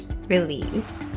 release